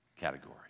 category